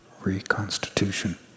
reconstitution